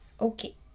Okay